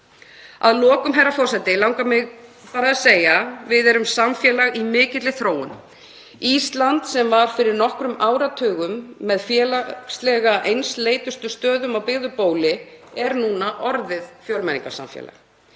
Að lokum, herra forseti, langar mig að segja: Við erum samfélag í mikilli þróun. Ísland, sem var fyrir nokkrum áratugum með félagslega einsleitustu stöðum á byggðu bóli, er núna orðið fjölmenningarsamfélag.